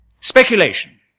Speculation